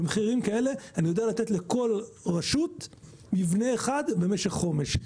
במחירים כאלה אני יודע לתת לכל רשות מבנה אחד במשך חומש.